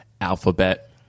alphabet